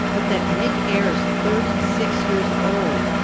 but that nick ayres, thirty six years old,